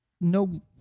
no